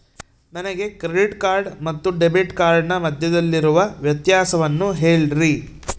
ನನಗೆ credit card ಮತ್ತು debit ಕಾರ್ಡಿನ ಮಧ್ಯದಲ್ಲಿರುವ ವ್ಯತ್ಯಾಸವನ್ನು ಹೇಳ್ರಿ?